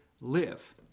live